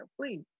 Please